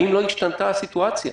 האם לא השתנתה הסיטואציה?